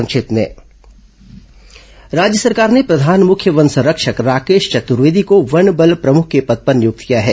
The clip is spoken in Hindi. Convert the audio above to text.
संक्षिप्त समाचार राज्य सरकार ने प्रधान मुख्य वन संरक्षक राकेश चतुर्वेदी को वन बल प्रमुख के पद पर नियुक्त किया है